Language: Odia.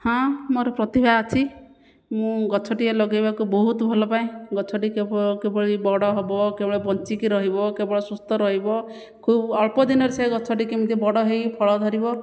ହଁ ମୋର ପ୍ରତିଭା ଅଛି ମୁଁ ଗଛଟିଏ ଲଗାଇବାକୁ ବହୁତ ଭଲ ପାଏ ଗଛଟି କିଭଳି ବଡ଼ ହେବ କେବଳ ବଞ୍ଚିକି ରହିବ କେବଳ ସୁସ୍ଥ ରହିବ କେଉଁ ଅଳ୍ପ ଦିନର ସେ ଗଛଟି କେମିତି ବଡ଼ ହୋଇ ଫଳ ଧରିବ